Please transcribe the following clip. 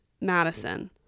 Madison